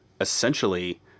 essentially